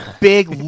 big